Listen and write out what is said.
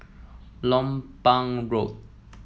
Lompang Road